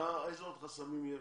איזה עוד חסמים יש?